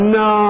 no